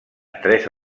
tres